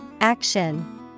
Action